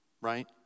right